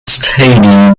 stadium